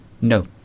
No